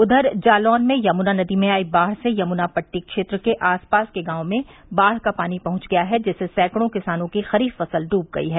उधर जालौन में यमुना नदी में आई बाढ़ से यमुना पट्टी क्षेत्र के आसपास के गांवों में बाढ़ का पानी पहुंच गया है जिससे सैकड़ों किसानों की खरीफ़ फसल डूब गई है